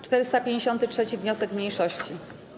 453. wniosek mniejszości.